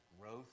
growth